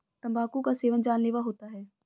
तंबाकू का सेवन जानलेवा होता है